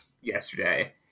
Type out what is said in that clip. yesterday